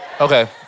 Okay